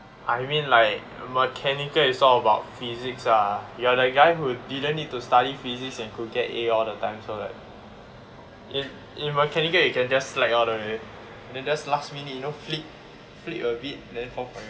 I mean like mechanical is all about physics lah you are that guy who didn't need to study physics and could get a all the time so that if if mechanical you can just slack all the way then just last minute you know flip flip a bit then confirm